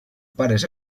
pares